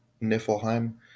Niflheim